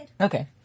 Okay